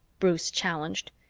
bruce challenged.